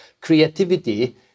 creativity